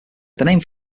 name